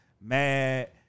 mad